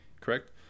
correct